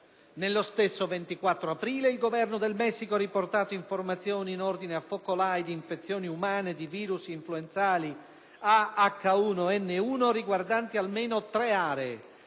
Nello stesso 24 aprile il Governo del Messico ha riportato informazioni in ordine a focolai di infezioni umane di virus influenzali A/H1N1 riguardanti almeno 3 aree: